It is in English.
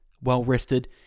well-rested